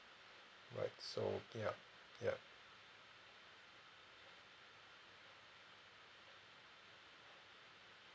right so ya ya